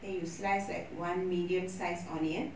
then you slice like one medium size onion